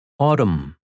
Autumn